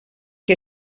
que